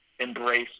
embrace